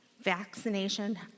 vaccination